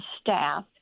staff